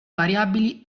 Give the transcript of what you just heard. variabili